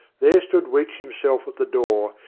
there stood weech himself at the door,